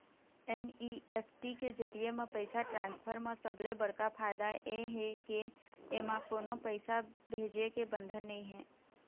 NEFT के जरिए म पइसा ट्रांसफर म सबले बड़का फायदा ए हे के एमा कोनो पइसा भेजे के बंधन नइ हे